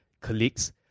colleagues